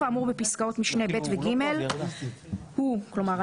האמור בפסקאות משנה (ב) ו-(ג) הוא כלומר,